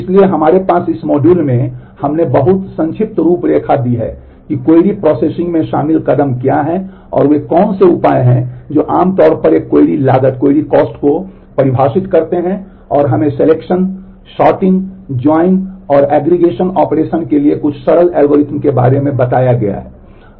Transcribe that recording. इसलिए हमारे पास इस मॉड्यूल में हमने अभी बहुत संक्षिप्त रूपरेखा दी है कि क्वेरी प्रोसेसिंग में शामिल कदम क्या हैं और वे कौन से उपाय हैं जो आमतौर पर एक क्वेरी लागत और एग्रीगेशन ऑपरेशन्स के लिए कुछ सरल एल्गोरिदम के बारे में बताया गया है